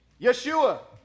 Yeshua